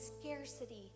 scarcity